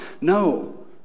No